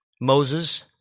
Moses